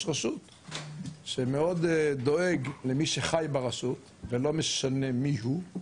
ראשות שמאוד דואג למי שחי ברשות ולא משנה מי הוא,